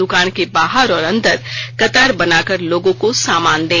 दुकान के बाहर और अंदर कतार बना कर लोगों को सामान दें